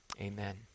Amen